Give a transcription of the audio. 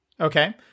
Okay